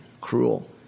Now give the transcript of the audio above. cruel